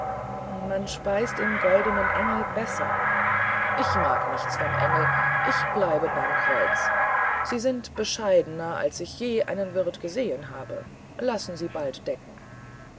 man speist im goldenen engel besser ich mag nichts vom engel ich bleibe beim kreuz sie sind bescheidener als ich je einen wirt gesehen habe lassen sie bald decken